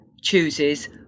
chooses